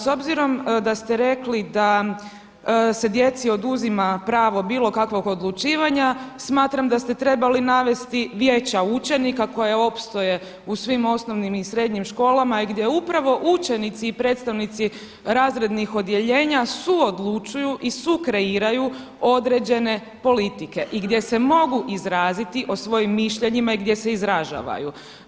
S obzirom da ste rekli da se djeci oduzima pravo bilo kakvog odlučivanja, smatram da ste trebali navesti Vijeća učenika koja opstoje u svim osnovnim i srednjim školama, gdje upravo učenici i predstavnici razrednih odjeljenja suodlučuju i sukreiraju određene politike i gdje se mogu izraziti o svojim mišljenjima i gdje se izražavaju.